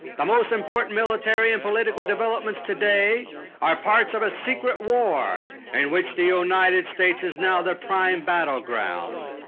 the most important military and political developments today are parts of a secret war in which the united states is now the prime battleground.